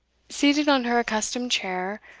seated on her accustomed chair,